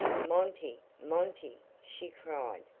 monty, monty, she cried,